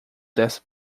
dessa